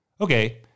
Okay